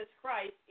Christ